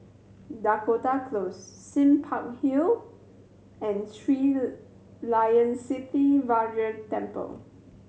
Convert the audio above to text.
Dakota Close Sime Park Hill and Sri Layan Sithi Temple